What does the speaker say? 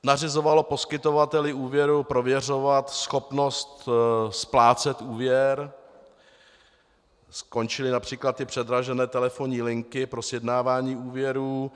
Nařizovalo poskytovateli úvěru prověřovat schopnost splácet úvěr, skončily například ty předražené telefonní linky pro sjednávání úvěrů.